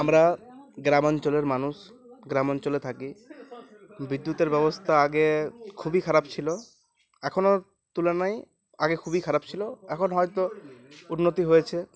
আমরা গ্রামাঞ্চলের মানুষ গ্রাম অঞ্চলে থাকি বিদ্যুতের ব্যবস্থা আগে খুবই খারাপ ছিলো এখনও তুলনায় আগে খুবই খারাপ ছিলো এখন হয়তো উন্নতি হয়েছে